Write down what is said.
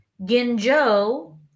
Ginjo